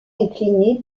incliné